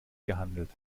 gehandelt